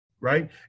Right